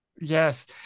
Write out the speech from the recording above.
Yes